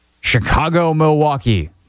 Chicago-Milwaukee